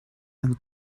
and